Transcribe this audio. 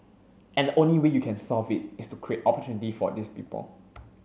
and the only way you can solve it is to create opportunity for these people